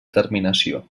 terminació